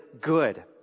good